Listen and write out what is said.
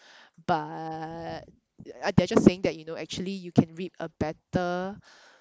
but they're just saying that you know actually you can reap a better